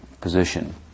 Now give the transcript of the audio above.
position